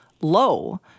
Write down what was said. low